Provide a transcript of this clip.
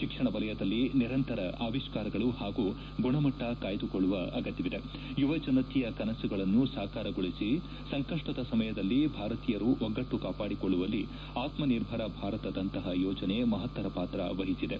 ಶಿಕ್ಷಣ ವಲಯದಲ್ಲಿ ನಿರಂತರ ಅವಿಷ್ಕಾರಗಳು ಹಾಗೂ ಗುಣಮಟ್ಟ ಕಾಯ್ದುಕೊಳ್ಳುವ ಅಗತ್ಯವಿದೆ ಅವರು ಯುವ ಜನತೆಯ ಕನಸುಗಳನ್ನು ಸಾಕಾರಗೊಳಿಸಿ ಸಂಕಪ್ಪದ ಸಮಯದಲ್ಲಿ ಭಾರತೀಯರು ಒಗ್ಗಟ್ಟು ಕಾಪಾಡಿಕೊಳ್ಳುವಲ್ಲಿ ಆತ್ಮಿರ್ಭರ ಭಾರತದಂತಹ ಯೋಜನೆ ಮಹತ್ತರ ಪಾತ್ರ ವಹಿಸಿದೆ